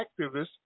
activists